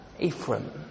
Ephraim